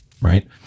Right